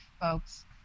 folks